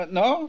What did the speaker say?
no